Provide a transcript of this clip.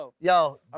Yo